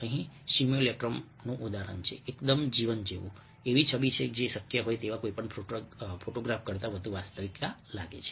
અહીં સિમ્યુલેક્રમનું ઉદાહરણ છે એકદમ જીવન જેવું એવી છબી જે શક્ય હોય તેવા કોઈપણ ફોટોગ્રાફ કરતાં વધુ વાસ્તવિક લાગે છે